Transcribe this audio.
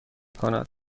کند